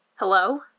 Hello